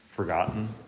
Forgotten